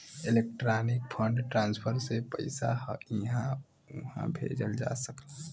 electronic fund transfer से पइसा इहां उहां भेजल जा सकला